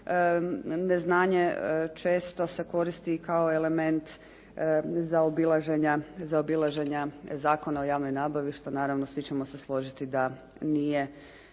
neznanje često se koristi kao element zaobilaženja Zakona o javnoj nabavi što naravno svi ćemo se složiti da nije